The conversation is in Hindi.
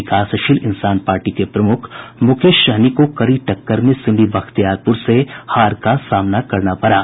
विकासशील इंसान पार्टी के प्रमुख मुकेश सहनी को कड़ी टक्कर में सिमरी बख्तियारपुर से हार का सामना करना पड़ा